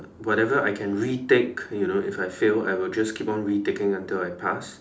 whatever I can retake you know if I fail I will just keep on retaking until I pass